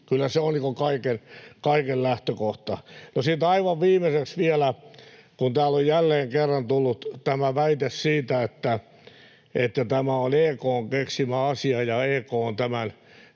niin kuin kaiken lähtökohta. No, sitten aivan viimeiseksi vielä, että kun täällä on jälleen kerran tullut tämä väite, että tämä on EK:n keksimä asia ja EK on tämän